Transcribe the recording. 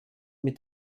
mit